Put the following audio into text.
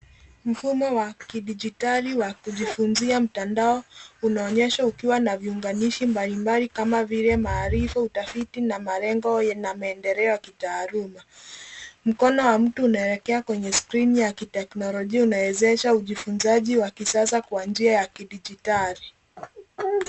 Mfumo wa kidijitali wa kujifunzia mtandao unaonyeshwa ukiwa na viungashi mbalimbali kama vile maarifa, utafiti na malengo na maendeleo ya kitaaluma. Mkono wa mtu unaelekea kwenye skrini ya kiteknolojia unawezesha ujifunzaji wa kisasa kwa njia ya kidijitali.